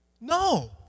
No